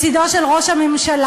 מצדו של ראש הממשלה.